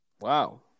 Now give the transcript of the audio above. wow